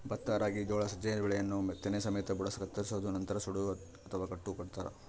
ಭತ್ತ ರಾಗಿ ಜೋಳ ಸಜ್ಜೆ ಬೆಳೆಯನ್ನು ತೆನೆ ಸಮೇತ ಬುಡ ಕತ್ತರಿಸೋದು ನಂತರ ಸೂಡು ಅಥವಾ ಕಟ್ಟು ಕಟ್ಟುತಾರ